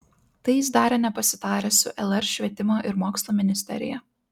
tai jis darė nepasitaręs su lr švietimo ir mokslo ministerija